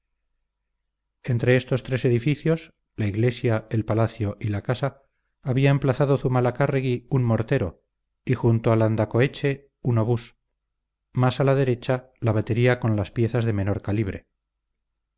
entre estos tres edificios la iglesia el palacio y la casa había emplazado zumalacárregui un mortero y junto a landacoeche un obús más a la derecha la batería con las piezas de menor calibre